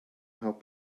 how